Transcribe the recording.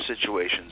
situations